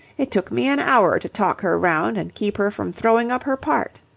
it took me an hour to talk her round and keep her from throwing up her part.